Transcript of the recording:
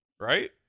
right